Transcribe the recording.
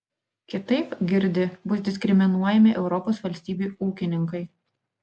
kitaip girdi bus diskriminuojami europos valstybių ūkininkai